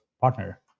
partner